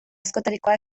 askotarikoa